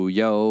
yo